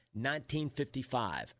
1955